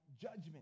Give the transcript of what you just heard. Judgment